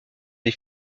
des